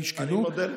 אני לא שואל אותך.